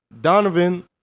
Donovan